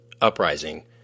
Uprising